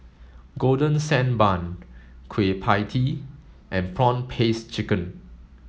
golden sand bun Kueh Pie Tee and prawn paste chicken